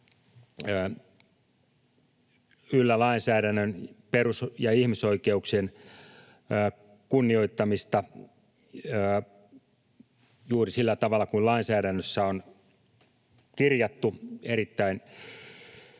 yllä perus- ja ihmisoikeuksien kunnioittamista juuri sillä tavalla kuin lainsäädännössä on kirjattu, erittäin